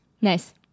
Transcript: nice